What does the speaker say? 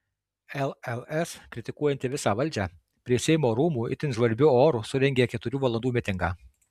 lls kritikuojanti visą valdžią prie seimo rūmų itin žvarbiu oru surengė keturių valandų mitingą